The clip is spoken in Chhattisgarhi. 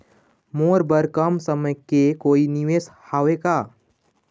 मोर बर कम समय के कोई निवेश हावे का?